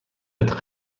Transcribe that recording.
être